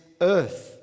earth